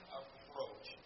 approach